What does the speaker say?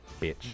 bitch